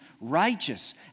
righteous